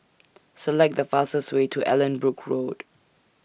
Select The fastest Way to Allanbrooke Road